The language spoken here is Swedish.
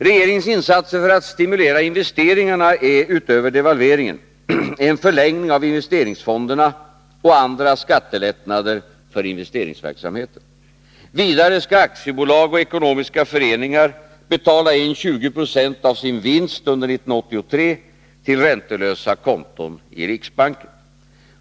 Regeringens insatser för att stimulera investeringarna är, utöver devalveringen, en förlängning av investeringsfonderna och andra skattelättnader för investeringsverksamheten. Vidare skall aktiebolag och ekonomiska föreningar betala in 20 26 av sin vinst under 1983 till räntelösa konton i riksbanken.